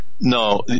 No